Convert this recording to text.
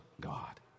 God